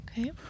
Okay